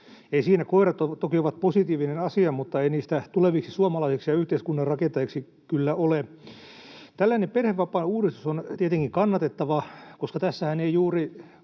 koirat toki ovat positiivinen asia, mutta ei niistä tuleviksi suomalaisiksi ja yhteiskunnan rakentajiksi kyllä ole. Tällainen perhevapaauudistus on tietenkin kannatettava, koska tässähän ei juuri